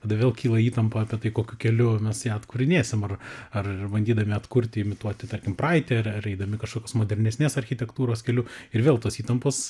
tada vėl kyla įtampa apie tai kokiu keliu mes ją atkūrinėsim ar ar bandydami atkurti imituoti tarkim praeitį ar ar eidami kažkokios modernesnės architektūros keliu ir vėl tos įtampos